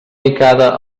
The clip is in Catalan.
picada